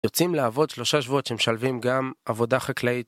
יוצאים לעבוד שלושה שבועות שמשלבים גם עבודה חקלאית.